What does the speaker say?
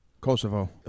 Kosovo